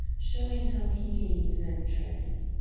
showing how he gained an entrance.